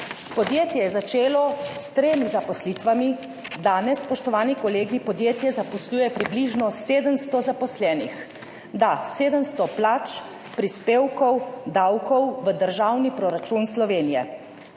Podjetje je začelo s tremi zaposlitvami, danes, spoštovani kolegi, podjetje zaposluje približno 700 zaposlenih. Da, 700 plač, prispevkov, davkov v državni proračun Slovenije.